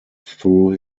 through